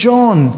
John